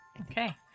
Okay